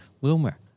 Wilmer